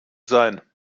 sein